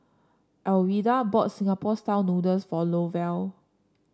Alwilda brought Singapore style noodles for Lovell